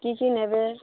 কী কী নেবে